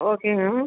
ஓகேங்க